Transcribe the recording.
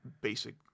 basic